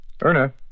Erna